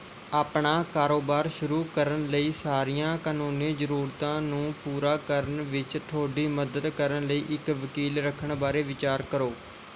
ਆਪਣਾ ਕਾਰੋਬਾਰ ਸ਼ੁਰੂ ਕਰਨ ਲਈ ਸਾਰੀਆਂ ਕਾਨੂੰਨੀ ਜ਼ਰੂਰਤਾਂ ਨੂੰ ਪੂਰਾ ਕਰਨ ਵਿੱਚ ਤੁਹਾਡੀ ਮਦਦ ਕਰਨ ਲਈ ਇੱਕ ਵਕੀਲ ਰੱਖਣ ਬਾਰੇ ਵਿਚਾਰ ਕਰੋ